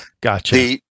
gotcha